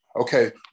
Okay